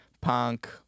punk